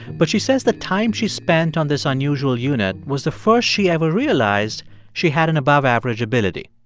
but she says the time she spent on this unusual unit was the first she ever realized she had an above-average ability.